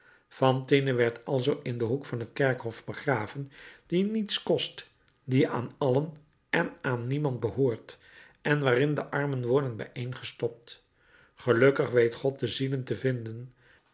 fantine werd alzoo in den hoek van het kerkhof begraven die niets kost die aan allen en aan niemand behoort en waarin de armen worden bijeengestopt gelukkig weet god de zielen te vinden